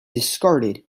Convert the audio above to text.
discarded